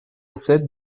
sept